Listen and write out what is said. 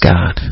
God